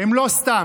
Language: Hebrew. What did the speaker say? הם לא סתם.